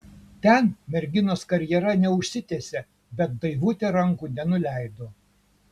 ten merginos karjera neužsitęsė bet daivutė rankų nenuleido